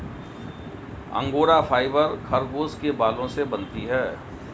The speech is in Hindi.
अंगोरा फाइबर खरगोश के बालों से बनती है